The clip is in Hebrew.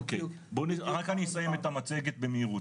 אוקיי, רק אני אסיים את המצגת במהירות.